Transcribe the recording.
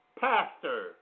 pastor